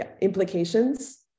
implications